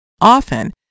Often